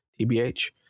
tbh